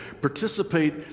participate